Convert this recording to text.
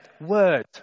word